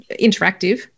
interactive